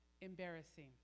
embarrassing